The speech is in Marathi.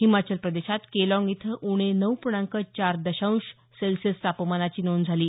हिमाचल प्रदेशात केलाँग इथं उणे नऊ पूर्णांक चार दशांश अंश सेल्सिअस तापमानाची नोंद झाली